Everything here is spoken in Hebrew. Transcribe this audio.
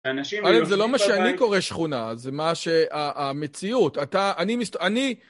א', זה לא מה שאני קורא שכונה, זה מה שה... המציאות, אתה... אני מסת... אני...